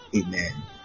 Amen